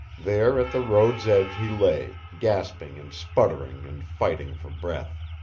there at the road's edge he lay, gasping and sputtering and fighting for breath.